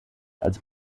als